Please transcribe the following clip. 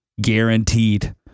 Guaranteed